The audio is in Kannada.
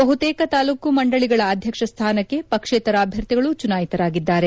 ಬಹುತೇಕ ತಾಲ್ಲೂಕು ಮಂದಳಿಗಳ ಅಧ್ಯಕ್ಷ ಸ್ಥಾನಕ್ಕೆ ಪಕ್ಷೇತರ ಅಭ್ಯರ್ಥಿಗಳು ಚುನಾಯಿತರಾಗಿದ್ದಾರೆ